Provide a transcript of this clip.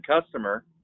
customer